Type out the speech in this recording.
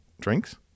drinks